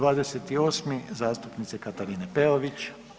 28. zastupnice Katarine Peović.